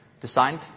designed